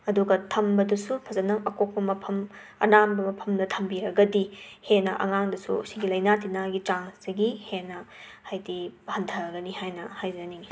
ꯑꯗꯨꯒ ꯊꯝꯕꯗꯨꯁꯨ ꯐꯖꯅ ꯑꯀꯣꯛꯄ ꯃꯐꯝ ꯑꯅꯥꯟꯕ ꯃꯐꯝꯗ ꯊꯝꯕꯤꯔꯒꯗꯤ ꯍꯦꯟꯅ ꯑꯉꯥꯡꯗꯁꯨ ꯁꯤꯒꯤ ꯂꯩꯅꯥ ꯇꯤꯟꯅꯥꯒꯤ ꯆꯥꯡꯁꯤꯒꯤ ꯍꯦꯟꯅ ꯍꯩꯗꯤ ꯍꯟꯊꯒꯅꯤ ꯍꯥꯏꯅ ꯍꯥꯏꯖꯅꯤꯡꯏ